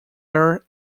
aare